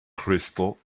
crystal